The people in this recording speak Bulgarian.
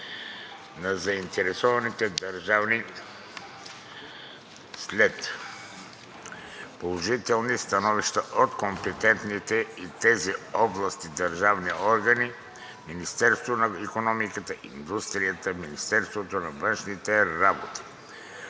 на заинтересованите държави след положителни становища от компетентните в тези области държавни органи – Министерството на икономиката и индустрията и Министерството на външните работи.